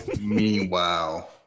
meanwhile